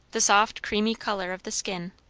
the soft creamy colour of the skin,